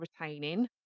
retaining